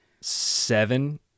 seven